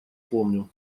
помню